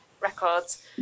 records